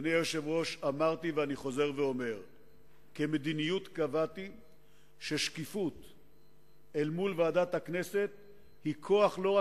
יושב-ראש ועדת הפנים והגנת הסביבה של הכנסת ולהודות לחבר הכנסת פינס